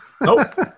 Nope